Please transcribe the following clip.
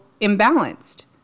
imbalanced